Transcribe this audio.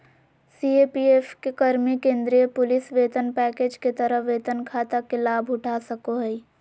CAPF के कर्मि केंद्रीय पुलिस वेतन पैकेज के तहत वेतन खाता के लाभउठा सको हइ